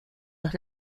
los